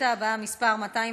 השאילתה הבאה, מס' 247,